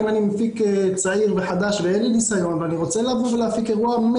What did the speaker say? אם אני מפיק צעיר וחדש ואין לי ניסיון ואני רוצה להפיק אירוע,